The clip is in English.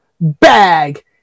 bag